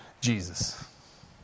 Jesus